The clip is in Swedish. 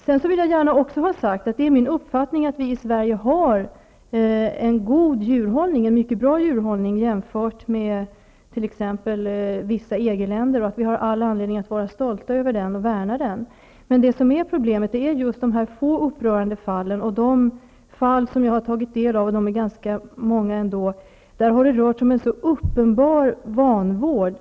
Jag vill gärna också ha sagt att det är min uppfattning att vi i Sverige har en mycket bra djurhållning jämfört med i t.ex. vissa EG-länder och att vi har all anledning att vara stolta över den och värna den. Det som är problemet är de få upprörande fallen. I de fall som jag har tagit del av, och det är ändå ganska många, har det rört sig om uppenbar vanvård.